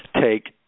take